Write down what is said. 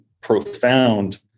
profound